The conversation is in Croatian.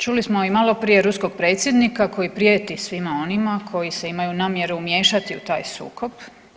Čuli smo i maloprije ruskog predsjednika koji prijeti svima onima koji se imaju namjeru umiješati u taj sukob.